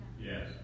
Yes